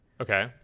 Okay